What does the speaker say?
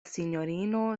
sinjorino